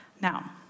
Now